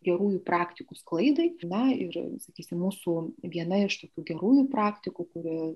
gerųjų praktikų sklaidai na ir sakysim mūsų viena iš tokių gerųjų praktikų kuri